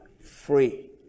free